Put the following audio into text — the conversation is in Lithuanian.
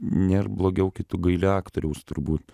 nėr blogiau kai tu gaili aktoriaus turbūt